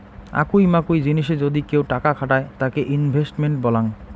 আকুই মাকুই জিনিসে যদি কেউ টাকা খাটায় তাকে ইনভেস্টমেন্ট বলাঙ্গ